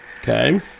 okay